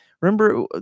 remember